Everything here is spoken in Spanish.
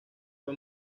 fue